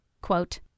quote